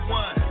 one